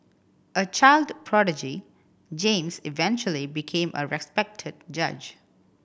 a child prodigy James eventually became a respected judge